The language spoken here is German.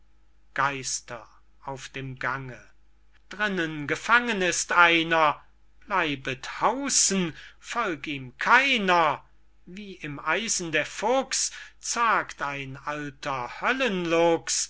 drinnen gefangen ist einer bleibet haußen folg ihm keiner wie im eisen der fuchs zagt ein alter